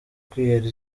kwihera